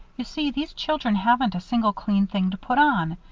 you see, these children haven't a single clean thing to put on.